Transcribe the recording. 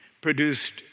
produced